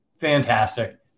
fantastic